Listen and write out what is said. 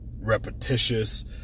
repetitious